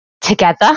together